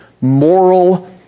moral